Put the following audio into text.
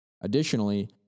Additionally